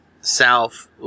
South